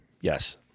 yes